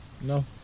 No